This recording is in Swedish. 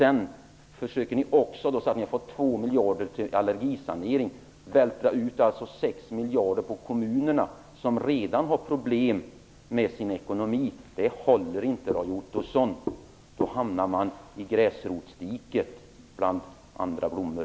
Efter att ha fått 2 miljarder till allergisanering vill ni vältra över en utgift på 6 miljarder på kommunerna, som redan har problem med sin ekonomi. Det håller inte, Roy Ottosson. Då hamnar man i diket bland maskrosor och andra blommor.